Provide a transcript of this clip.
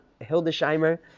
Hildesheimer